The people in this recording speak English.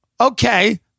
Okay